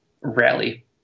rally